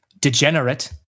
degenerate